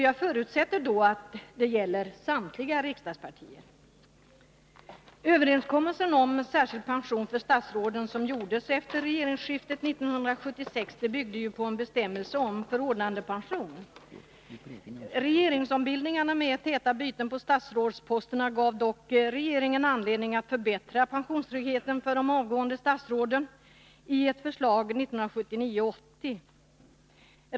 Jag förutsätter då att det gäller samtliga riksdagspartier. Överenskommelsen om särskild pension för statsråden, som träffades efter regeringsskiftet 1976, byggde på en bestämmelse om förordnandepension. Regeringsombildningarna med täta byten på statsrådsposterna gav regeringen anledning att förbättra pensionstryggheten för de avgående statsråden i ett förslag 1979/80.